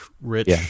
rich